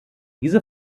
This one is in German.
diese